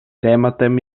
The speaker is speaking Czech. tématem